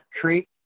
Creek